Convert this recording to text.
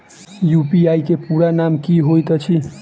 UPI केँ पूरा नाम की होइत अछि?